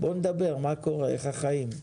בואו נדבר, מה קורה, איך החיים.